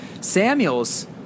Samuels